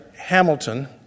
Hamilton